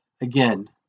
Again